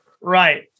Right